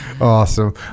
awesome